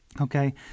Okay